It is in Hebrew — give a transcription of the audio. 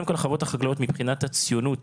קודם כל החוות החקלאיות מבחינת הציונות,